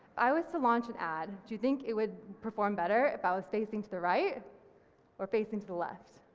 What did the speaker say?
i was to launch an and ad. do you think it would perform better if i was facing to the right or facing to the left?